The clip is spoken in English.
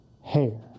hair